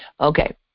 Okay